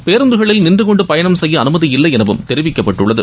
பேருந்துகளில் நின்றுகொண்டு பயணம் செய்ய அனுமதி இல்லை எனவும் தெரிவிக்கப்பட்டுள்ளது